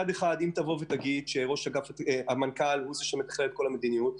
אם תגיד שהמנכ"ל הוא זה שמתכלל את כל המדיניות,